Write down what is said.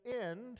end